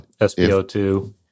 SPO2